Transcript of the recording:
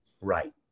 Right